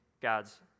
God's